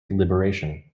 liberation